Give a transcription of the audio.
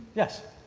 yes.